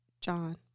John